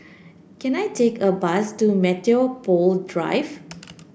can I take a bus to Metropole Drive